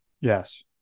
yes